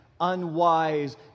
unwise